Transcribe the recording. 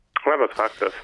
labas vakaras